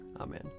Amen